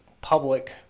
public